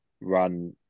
run